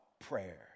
prayer